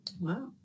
Wow